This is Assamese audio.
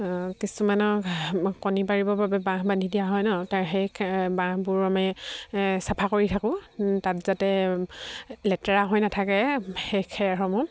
কিছুমানক কণী পাৰিবৰ বাবে বাঁহ বান্ধি দিয়া হয় নহ্ তাৰ সেই বাঁহবোৰ আমি চাফা কৰি থাকোঁ তাত যাতে লেতেৰা হৈ নাথাকে সেই খেৰসমূহ